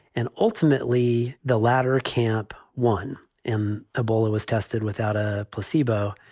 and ultimately the latter camp one in ebola was tested without a placebo.